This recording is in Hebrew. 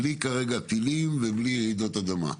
בלי קשר לטילים ורעידות אדמה,